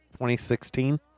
2016